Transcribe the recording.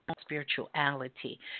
spirituality